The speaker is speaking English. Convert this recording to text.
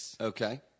Okay